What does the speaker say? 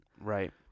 Right